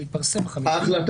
הוא התפרסם ב-5.